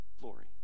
glory